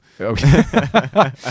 Okay